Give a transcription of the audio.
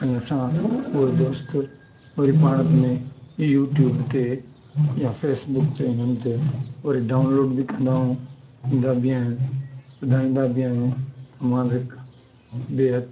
ऐं असां पोइ दोस्त वरी पाण में यूट्यूब ते या फेसबुक ते इन्हनि ते वरी डाउनलोड बि कंदाऊं ईंदा बि आहियूं ॿुधाईंदा बि आहियूं त मां बि हिकु बेहदि